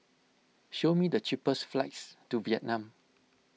show me the cheapest flights to Vietnam